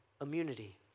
immunity